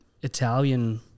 Italian